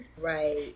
Right